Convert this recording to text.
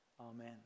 Amen